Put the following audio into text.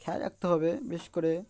খেয়াল রাখতে হবে বেশ করে